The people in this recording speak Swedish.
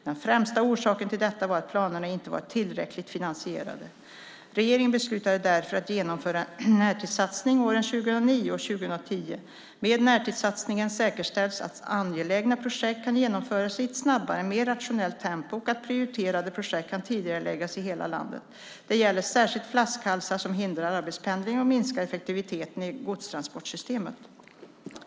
Den främsta orsaken till detta var att planerna inte var tillräckligt finansierade. Regeringen beslutade därför att genomföra en närtidssatsning åren 2009 och 2010. Med närtidssatsningen säkerställs att angelägna projekt kan genomföras i ett snabbare, mer rationellt tempo och att prioriterade projekt kan tidigareläggas i hela landet. Det gäller särskilt flaskhalsar som hindrar arbetspendling och minskar effektiviteten i godstransportsystemet.